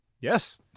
yes